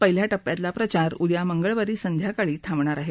पहिल्या टप्प्यातला प्रचार उद्या मंगळवारी सायंकाळी थांबणार आहे